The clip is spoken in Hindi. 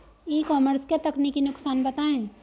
ई कॉमर्स के तकनीकी नुकसान बताएं?